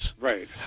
Right